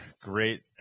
Great